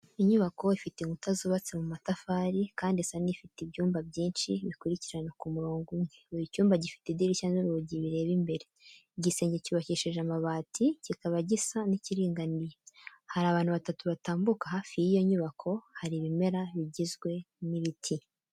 Inyubako ifite inkuta zubatse mu matafari kandi isa n’ifite ibyumba byinshi bikurikirana ku murongo umwe. Buri cyumba gifite idirishya n’urugi bireba imbere. Igisenge cyubakishije amabati, kikaba gisa n’ikiringaniye. Hari abantu batatu batambuka hafi y’iyo nyubako. Hari ibimera bigizwe n'ibiti.